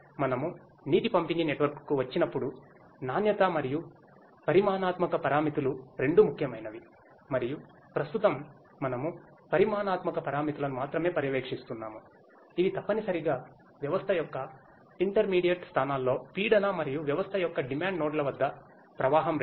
మనము నీటి పంపిణీ నెట్వర్క్కు వచ్చినప్పుడు నాణ్యత మరియు పరిమాణాత్మక పారామితులు రెండూ ముఖ్యమైనవి మరియు ప్రస్తుతం మనము పరిమాణాత్మక పారామితులను మాత్రమే పర్యవేక్షిస్తున్నాము ఇవి తప్పనిసరిగా వ్యవస్థ యొక్క ఇంటర్మీడియట్ స్థానాల్లో పీడన మరియు వ్యవస్థ యొక్క డిమాండ్ నోడ్ల వద్ద ప్రవాహం రేటు